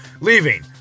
leaving